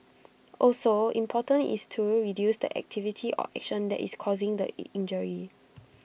also important is to reduce the activity or action that is causing the injury